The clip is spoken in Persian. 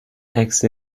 عکس